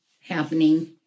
happening